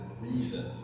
reason